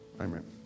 Amen